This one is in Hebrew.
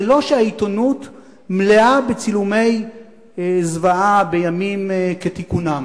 זה לא שהעיתונות מלאה בצילומי זוועה בימים כתיקונם.